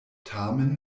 tamen